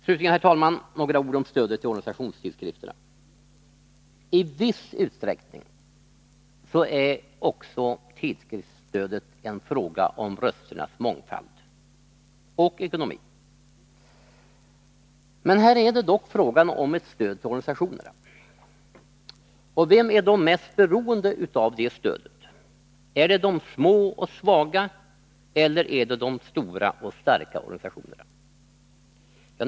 Slutligen, herr talman, några ord om stödet till organisationstidskrifterna. I viss utsträckning är också tidskriftsstödet en fråga om rösternas mångfald och ekonomi. Här är det dock fråga om ett stöd till organisationerna. Vem är mest beroende av detta stöd — är det de små och svaga eller de stora och starka organisationerna?